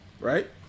right